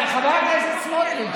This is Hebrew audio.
חבר הכנסת סמוטריץ',